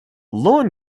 lawn